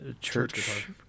church